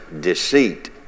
deceit